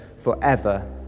forever